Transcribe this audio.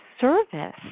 service